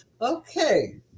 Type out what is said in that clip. Okay